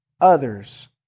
others